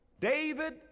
David